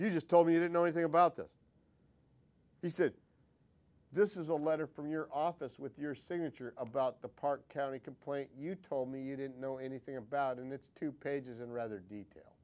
you just told me to know anything about this he said this is a letter from your office with your signature about the park county complaint you told me you didn't know anything about and it's two pages in rather detail